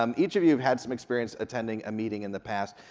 um each of you have had some experience attending a meeting in the past.